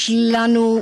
destiny.